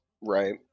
right